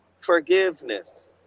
forgiveness